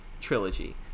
trilogy